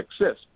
exist